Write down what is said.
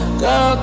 Girl